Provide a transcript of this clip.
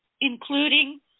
including